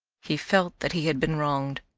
he felt that he had been wronged.